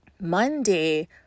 Monday